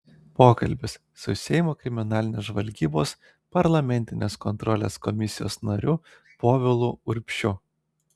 pokalbis su seimo kriminalinės žvalgybos parlamentinės kontrolės komisijos nariu povilu urbšiu